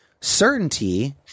Certainty